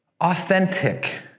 authentic